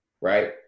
right